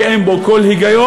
שאין בו כל היגיון,